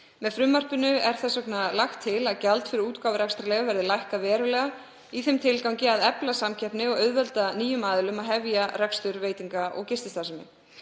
Með frumvarpinu er þess vegna lagt til að gjald fyrir útgáfu rekstrarleyfa verði lækkað verulega í þeim tilgangi að efla samkeppni og auðvelda nýjum aðilum að hefja rekstur veitinga- og gististarfsemi.